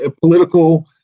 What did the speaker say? political